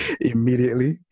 immediately